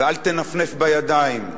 ואל תנפנף בידיים,